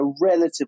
relatively